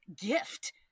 gift